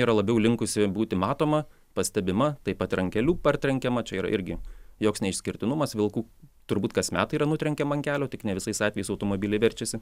yra labiau linkusi būti matoma pastebima taip pat ir ant kelių partrenkiama čia yra irgi joks neišskirtinumas vilkų turbūt kas metai yra nutrenkiama ant kelio tik ne visais atvejais automobiliai verčiasi